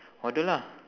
order lah